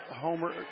Homer